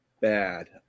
bad